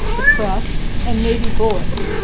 the press, and maybe bullets,